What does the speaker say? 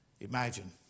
Imagine